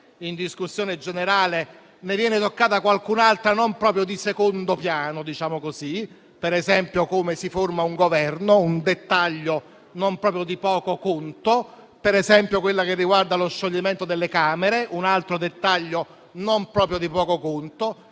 in discussione generale - ne viene toccata qualcun'altra non proprio di secondo piano - diciamo così - per esempio come si forma un Governo, un dettaglio non proprio di poco conto; per esempio quella che riguarda lo scioglimento delle Camere, un altro dettaglio non proprio di poco conto.